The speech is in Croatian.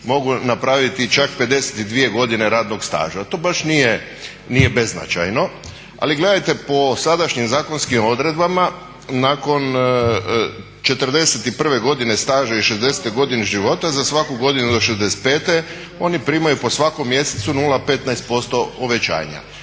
70.mogu napraviti čak 52 godine radnog staža, a to nije baš beznačajno. Ali gledajte po sadašnjim zakonskim odredbama nakon 41. godine staža i 60. godine života za svaku godinu do 65. oni primaju po svakom mjesecu 0,15% uvećanja